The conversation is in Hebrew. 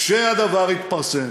כשהדבר יתפרסם,